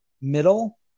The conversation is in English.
middle